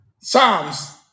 Psalms